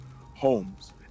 Homes